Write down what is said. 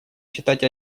считать